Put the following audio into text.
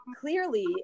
clearly